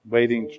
Waiting